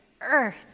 earth